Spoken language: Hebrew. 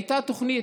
הייתה תוכנית,